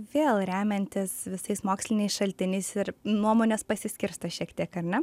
vėl remiantis visais moksliniais šaltiniais ir nuomonės pasiskirsto šiek tiek ar ne